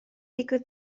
digwydd